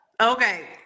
okay